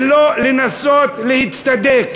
ולא לנסות להצטדק.